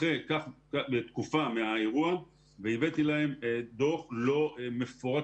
אחרי תקופה מהאירוע והבאתי להם דוח לא מפורט